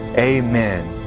amen.